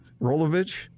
Rolovich